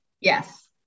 Yes